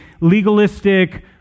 legalistic